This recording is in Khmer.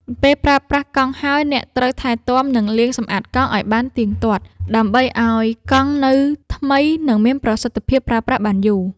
ពេលប្រើប្រាស់កង់ហើយ អ្នកត្រូវថែទាំ និងលាងសម្អាតកង់ឱ្យបានទៀងទាត់ ដើម្បីឱ្យកង់នៅថ្មី និងមានប្រសិទ្ធភាពប្រើប្រាស់បានយូរ។